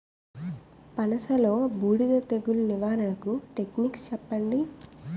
పనస లో బూడిద తెగులు నివారణకు టెక్నిక్స్ చెప్పండి?